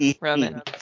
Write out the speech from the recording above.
Roman